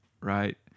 right